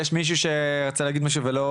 אם יש מישהו שרוצה להגיד משהו ואני עוד